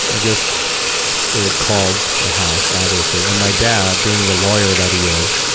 i guess they had called the house, obviously. and my dad, being the lawyer that he is,